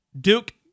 Duke